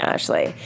Ashley